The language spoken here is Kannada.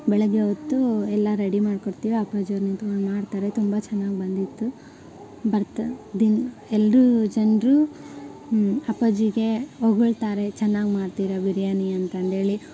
ಬೆಳಗ್ಗೆ ಹೊತ್ತೂ ಎಲ್ಲ ರೆಡಿ ಮಾಡಿಕೊಡ್ತೀವಿ ಅಪ್ಪಾಜಿ ಅವ್ರು ನಿಂತ್ಕೊಂಡು ಮಾಡ್ತಾರೆ ತುಂಬ ಚೆನ್ನಾಗ್ ಬಂದಿತ್ತು ಬರ್ತಾ ದಿನ ಎಲ್ಲರೂ ಜನರು ಹ್ಞೂ ಅಪ್ಪಾಜಿಗೆ ಹೊಗಳ್ತಾರೆ ಚೆನ್ನಾಗ್ ಮಾಡ್ತೀರ ಬಿರಿಯಾನಿ ಅಂತಂದೇಳಿ